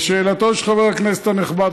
לשאלתו של חבר הכנסת הנכבד,